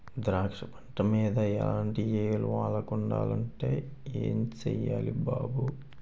ద్రాక్ష పంట మీద ఎలాటి ఈగలు వాలకూడదంటే ఏం సెయ్యాలి బాబూ?